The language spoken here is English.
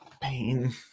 Pain